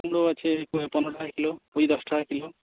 কুমড়ো আছে পনেরো টাকা কিলো পুঁই দশ টাকা কিলো